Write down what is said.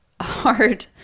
hard